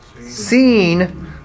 seen